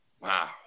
wow